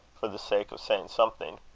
for the sake of saying something.